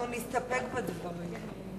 אנחנו נסתפק בדברים.